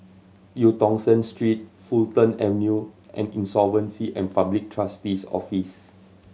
Eu Tong Sen Street Fulton Avenue and Insolvency and Public Trustee's Office